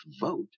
vote